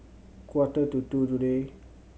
quarter to two today